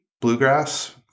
Bluegrass